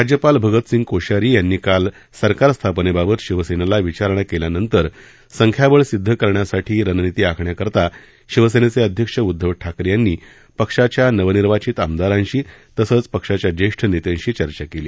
राज्यपाल भगतसिंग कोश्यारी यांनी काल सरकार स्थापनेबाबत शिवसेनेला विचारणा केल्यानंतर संख्याबळ सिदध करण्यासाठी रणनीती आखण्याकरता शिवसेनेचे अध्यक्ष उदधव ठाकरे यांनी पक्षाच्या नवनिर्वाचित आमदारांशी तसंच पक्षाच्या ज्येष्ठ नेत्यांशी चर्चा केली